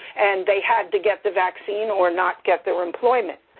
and they had to get the vaccine or not get their employment.